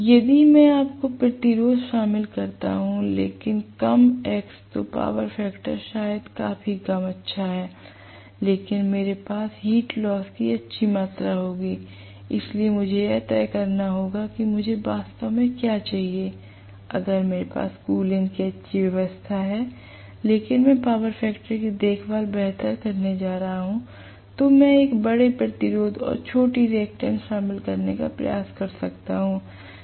यदि मैं अधिक प्रतिरोध शामिल करता हूं लेकिन कम X तो पावर फैक्टर शायद काफी अच्छा है लेकिन मेरे पास हीट लॉस की अच्छी मात्रा होगी इसलिए मुझे यह तय करना होगा कि मुझे वास्तव में क्या चाहिए अगर मेरे पास कूलिंग की अच्छी व्यवस्था है लेकिन मैं पावर फैक्टर की देखभाल बेहतर करने जा रहा हूं तो मैं एक बड़ा प्रतिरोध और छोटी रिएक्टेंस शामिल करने का प्रयास कर सकता हूं